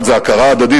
אחד זה הכרה הדדית.